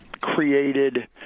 created